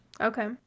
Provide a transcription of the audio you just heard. Okay